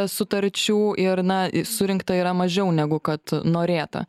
sutarčių ir na i surinkta yra mažiau negu kad norėta